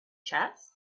chess